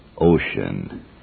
ocean